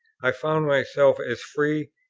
i found myself as free,